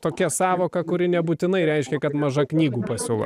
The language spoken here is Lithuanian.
tokia sąvoka kuri nebūtinai reiškia kad maža knygų pasiūla